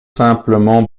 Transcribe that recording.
simplement